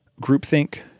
Groupthink